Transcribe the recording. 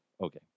okay